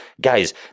Guys